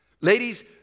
Ladies